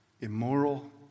immoral